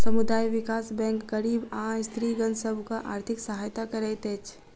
समुदाय विकास बैंक गरीब आ स्त्रीगण सभक आर्थिक सहायता करैत अछि